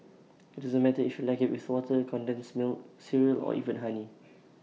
IT doesn't matter if you like IT with water condensed milk cereal or even honey